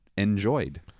Enjoyed